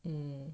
mm